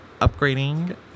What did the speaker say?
upgrading